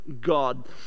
God